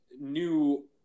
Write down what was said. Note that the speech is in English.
new